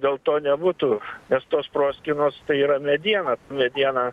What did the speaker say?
dėl to nebūtų nes tos proskynos tai yra mediena mediena